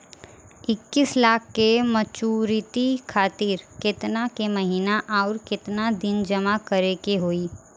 इक्कीस लाख के मचुरिती खातिर केतना के महीना आउरकेतना दिन जमा करे के होई?